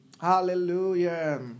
Hallelujah